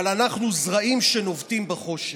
אבל אנחנו זרעים שנובטים בחושך.